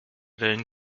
willen